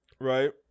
right